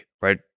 right